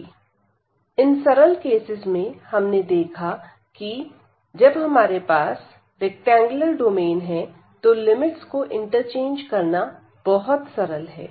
∬DfxydAcdv1v2fxydxdy इन सरल केसेस में हमने देखा कि जब हमारे पास रेक्टेंगुलर डोमेन है तो लिमिट्स को इंटरचेंज करना बहुत सरल है